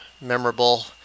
memorable